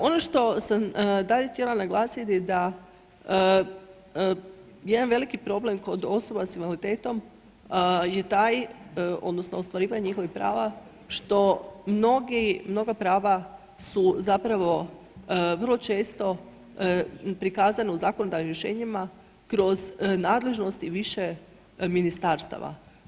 Ono što sam dalje htjela naglasiti da jedan veliki problem kod osoba s invaliditetom je taj odnosno ostvarivanje njihovih prava što mnogi, mnoga prava su zapravo vrlo često prikazana u zakonodavnim rješenjima kroz nadležnosti više ministarstava.